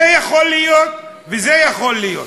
זה יכול להיות וזה יכול להיות.